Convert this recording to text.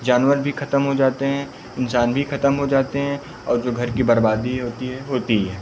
जानवर भी ख़त्म हो जाते हैं इंसान भी ख़त्म हो जाते हैं और जो घर की बर्बादी होती है होती है